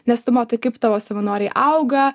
nes tu matai kaip tavo savanoriai auga